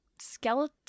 Skeleton